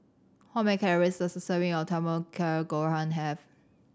how many calories does a serving of Tamago Kake Gohan have